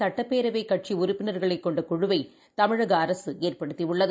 சட்டப்பேரவைகட்சிஉறுப்பினா்களைகொண்டகுழுவைதமிழகஅரசுஏற்படுத்திஉள்ளது